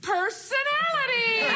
personality